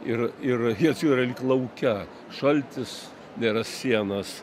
ir ir jie atsiduria lyg lauke šaltis nėra sienos